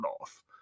off